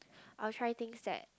I will try things that